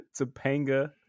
Topanga